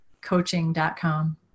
coaching.com